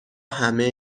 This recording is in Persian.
همه